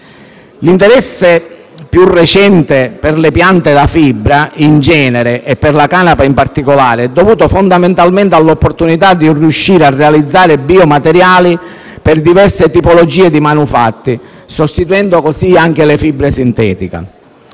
L'interesse più recente per le piante da fibra in genere, e per la canapa in particolare, è dovuto fondamentalmente all'opportunità di riuscire a realizzare biomateriali per diverse tipologie di manufatti, sostituendo così le fibre sintetiche.